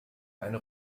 eine